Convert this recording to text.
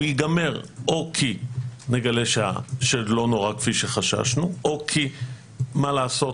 הוא ייגמר או כי נגלה שהוא לא נורא כפי שחששנו או כי מה לעשות,